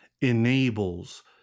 enables